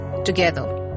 together